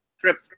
trip